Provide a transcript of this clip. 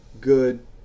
good